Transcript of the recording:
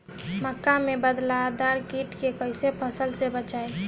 मक्का में बालदार कीट से कईसे फसल के बचाई?